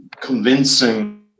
convincing